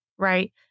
Right